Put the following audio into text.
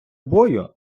бою